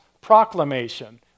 proclamation